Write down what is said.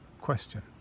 question